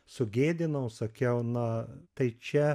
sugėdinau sakiau na tai čia